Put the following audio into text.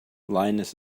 linus